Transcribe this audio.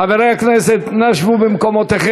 חברי הכנסת, נא שבו במקומותיכם.